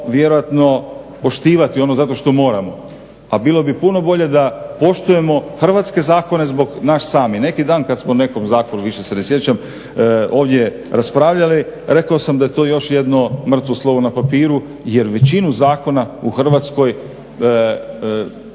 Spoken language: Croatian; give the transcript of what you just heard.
vjerojatno poštivati ono zato što moramo. A bilo bi puno bolje da poštujemo hrvatske zakone zbog nas samih. Neki dan kad smo o nekom zakonu, više se ne sjećam, ovdje raspravljali rekao sam da je to još jedno mrtvo slovo na papiru jer većinu zakona u Hrvatskoj